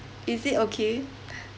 is it okay